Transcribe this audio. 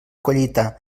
collita